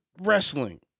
wrestling